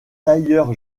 tailleur